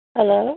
Hello